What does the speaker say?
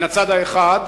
מן הצד האחד,